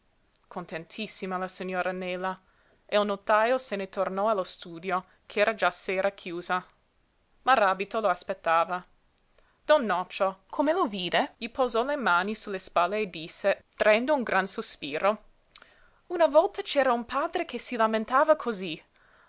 contentissima la signora nela e il notajo se ne tornò allo studio ch'era già sera chiusa maràbito lo aspettava don nocio come lo vide gli posò le mani sulle spalle e disse traendo un gran sospiro una volta c'era un padre che si lamentava cosí